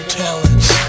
talents